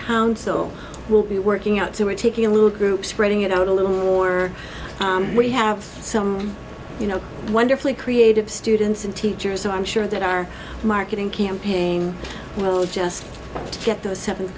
council will be working out so we're taking a little group spreading it out a little or we have some you know wonderfully creative students and teachers so i'm sure that our marketing campaign will just get the seventh